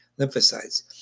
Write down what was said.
lymphocytes